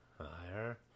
Higher